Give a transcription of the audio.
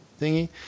thingy